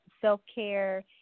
self-care